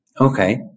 Okay